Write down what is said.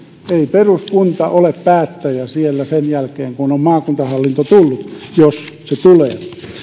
peruskunta ole päättäjä siellä sen jälkeen kun on maakuntahallinto tullut jos se tulee